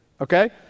Okay